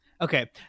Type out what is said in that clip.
okay